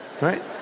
Right